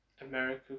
America